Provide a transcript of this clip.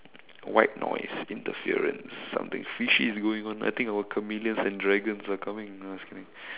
white noise interference something fishy is going on I think our chameleons and dragons are coming no just kidding